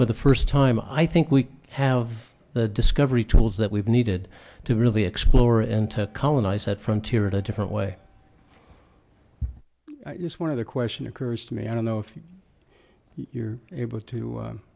for the first time i think we have the discovery tools that we've needed to really explore and to colonize that frontier in a different way is one of the question occurs to me i don't know if you're able to